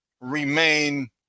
remain